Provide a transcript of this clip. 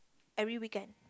every weekend